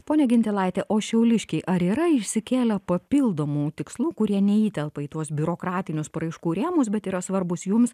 ponia gintilaite o šiauliškiai ar yra išsikėlę papildomų tikslų kurie neįtelpa į tuos biurokratinius paraiškų rėmus bet yra svarbūs jums